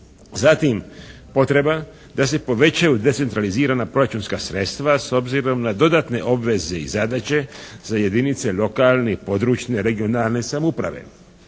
Zatim potreba da se povećaju decentralizirana proračunska sredstva s obzirom na dodatne obveze i zadaće za jedinice lokalne i područne (regionalne) samouprave.